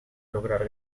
lograr